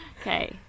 Okay